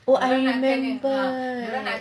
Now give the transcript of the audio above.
oh I remember